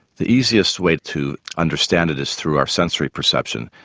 the easiest way to understand it is through our sensory perception,